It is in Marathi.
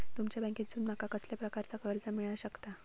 तुमच्या बँकेसून माका कसल्या प्रकारचा कर्ज मिला शकता?